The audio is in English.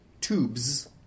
tubes